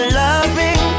loving